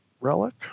relic